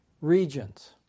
regions